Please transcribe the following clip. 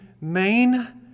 main